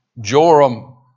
Joram